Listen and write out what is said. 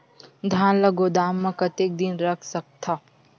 धान ल गोदाम म कतेक दिन रख सकथव?